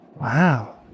wow